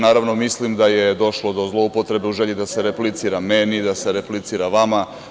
Naravno, mislim da je došlo do zloupotrebe u želji da se replicira meni, da se replicira vama.